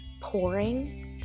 pouring